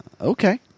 okay